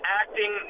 acting